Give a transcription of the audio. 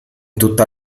tutta